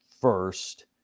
first